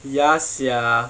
ya sia